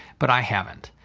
but i haven't.